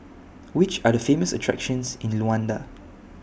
Which Are The Famous attractions in Luanda